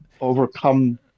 overcome